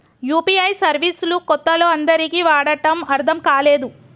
UPI service లు కొత్తలో అందరికీ వాడటం అర్థం కాలేదు